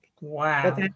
Wow